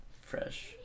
Fresh